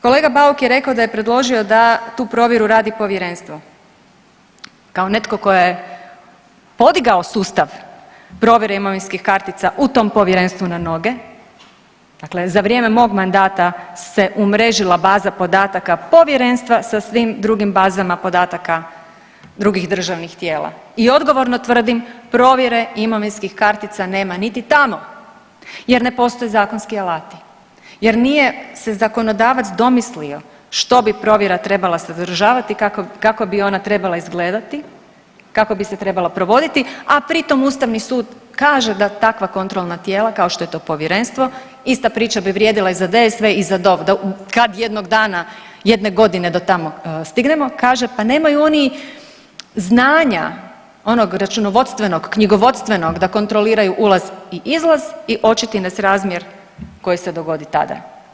Kolega Bauk je rekao da je predložio da tu provjeru radi povjerenstvo, kao netko tko je podigao sustav provjere imovinskih kartica u tom povjerenstvu na noge, dakle za vrijeme mog mandata se umrežila baza podataka povjerenstva sa svim drugim bazama podataka drugih državnih tijela i odgovorno tvrdim provjere imovinskih kartica nema niti tamo jer ne postoje zakonski alati, jer nije se zakonodavac domislio što bi provjera trebala sadržavati i kako bi ona trebala izgledati i kako bi se trebala provoditi, a pri tom ustavni sud kaže da takva kontrolna tijela, kao što je to povjerenstvo, ista priča bi vrijedila i za DSV i za DOV kad jednog dana, jedne godine do tamo stignemo kaže, pa nemaju oni znanja onog računovodstvenog, knjigovodstvenog da kontroliraju ulaz i izlaz i očiti nesrazmjer koji se dogodi tada.